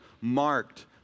marked